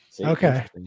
okay